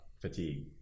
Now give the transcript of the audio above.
fatigue